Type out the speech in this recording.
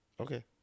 Okay